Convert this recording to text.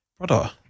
Brother